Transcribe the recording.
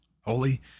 holy